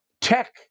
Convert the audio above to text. tech